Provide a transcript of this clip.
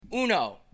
Uno